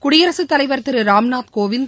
குடியரசுத் தலைவர் திரு ராம்நாத்கோவிந்த்